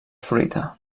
fruita